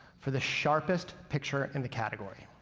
for the sharpest picture in the category.